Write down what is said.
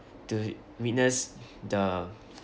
to witness the